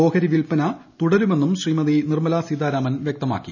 ഓഹരിവിൽപ്പന തുടരുമെന്നും ശ്രീമതി നിർമല സീതാരാമൻ വ്യക്തമാക്കി